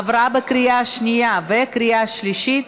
עברה בקריאה השנייה ובקריאה השלישית,